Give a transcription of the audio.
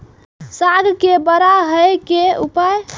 साग के बड़ा है के उपाय?